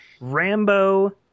Rambo